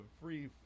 free